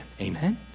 Amen